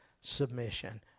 submission